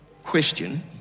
question